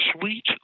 sweet